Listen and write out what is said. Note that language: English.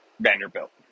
Vanderbilt